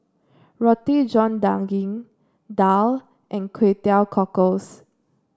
Roti John Daging Daal and Kway Teow Cockles